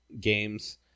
games